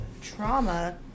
trauma